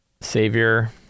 savior